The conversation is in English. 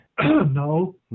No